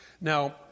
Now